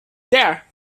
there